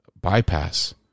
bypass